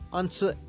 answer